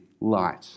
light